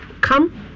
Come